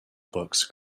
books